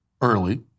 early